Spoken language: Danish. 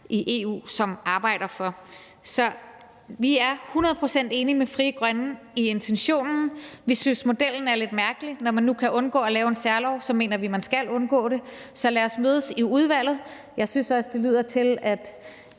i EU som arbejder for. Så vi er hundrede procent enige med Frie Grønne i intentionen, men vi synes, modellen er lidt mærkelig, for når man nu kan undgå at lave en særlov, mener vi, at man skal undgå det. Så lad os mødes i udvalget. Jeg synes også, at det lyder,